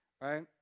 right